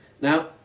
Now